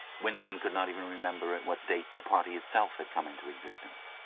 winston could not even remember at what date the party itself had come into existence.